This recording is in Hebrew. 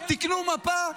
תקנו מפה.